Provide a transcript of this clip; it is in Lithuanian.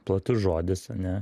platus žodis ane